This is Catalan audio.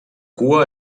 cua